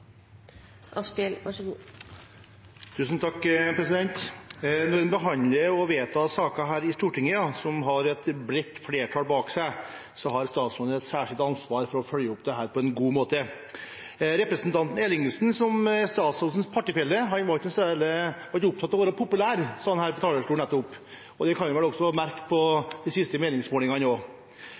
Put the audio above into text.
Når man behandler og vedtar saker her i Stortinget som har et bredt flertall bak seg, har statsråden et særskilt ansvar for å følge opp på en god måte. Representanten Ellingsen, som er statsrådens partifelle, har ikke vært opptatt av å være populær, sa han på talerstolen nettopp. Det kan man vel også merke på de siste meningsmålingene. Dette er selvsagt ikke en popularitetsreform, men en politireform som skal sikre folks trygghet i hverdagen. Vi registrerer at tilbakemeldingene fra politiet og